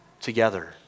together